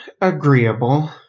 agreeable